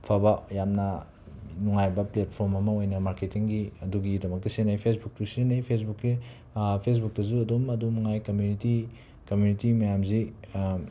ꯐꯕ ꯌꯥꯝꯅ ꯅꯨꯡꯉꯥꯏꯕ ꯄ꯭ꯂꯦꯠꯐ꯭ꯔꯣꯝ ꯑꯃ ꯑꯣꯏꯅ ꯃꯥꯔꯀꯦꯇꯤꯡꯒꯤ ꯑꯗꯨꯒꯤꯗꯃꯛꯇ ꯁꯤꯖꯤꯟꯅꯩ ꯐꯦꯁꯕꯨꯛꯁꯨ ꯁꯤꯖꯤꯟꯅꯩ ꯐꯦꯁꯕꯨꯛꯀꯤ ꯐꯦꯁꯕꯨꯛꯇꯁꯨ ꯑꯗꯨꯝ ꯑꯗꯨ ꯃꯉꯥꯏ ꯀꯝꯃꯨꯅꯤꯇꯤ ꯀꯝꯃꯨꯅꯤꯇꯤ ꯃꯌꯥꯝꯁꯤ